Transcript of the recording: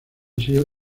sido